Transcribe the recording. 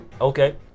Okay